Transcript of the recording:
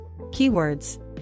Keywords